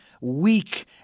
weak